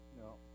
No